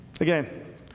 Again